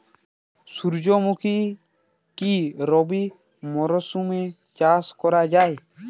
সুর্যমুখী কি রবি মরশুমে চাষ করা যায়?